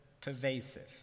pervasive